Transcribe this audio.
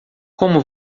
como